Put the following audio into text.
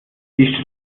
die